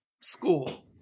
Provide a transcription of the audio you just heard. school